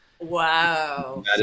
Wow